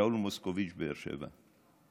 שאול מוסקוביץ, באר שבע.